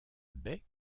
bec